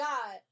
God